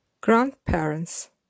Grandparents